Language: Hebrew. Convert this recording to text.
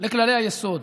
לכללי היסוד,